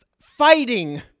fighting